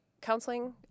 counseling